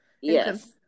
Yes